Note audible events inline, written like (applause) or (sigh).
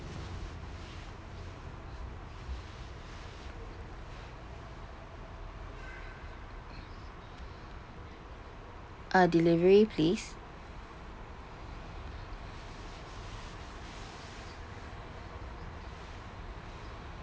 (breath) uh delivery please